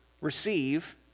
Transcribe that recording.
receive